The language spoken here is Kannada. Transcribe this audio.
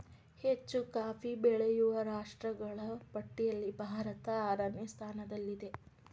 ಹೆಚ್ಚು ಕಾಫಿ ಬೆಳೆಯುವ ರಾಷ್ಟ್ರಗಳ ಪಟ್ಟಿಯಲ್ಲಿ ಭಾರತ ಆರನೇ ಸ್ಥಾನದಲ್ಲಿದೆ